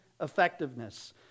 effectiveness